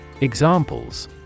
Examples